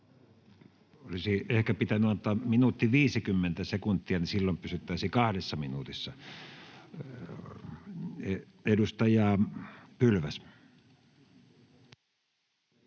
Olisi ehkä pitänyt antaa 1 minuutti 50 sekuntia, niin silloin pysyttäisiin 2 minuutissa. — Edustaja Pylväs.